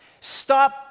Stop